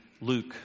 Luke